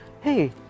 hey